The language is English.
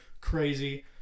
crazy